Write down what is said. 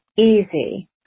easy